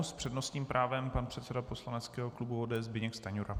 S přednostním právem pan předseda poslaneckého klubu ODS Zbyněk Stanjura.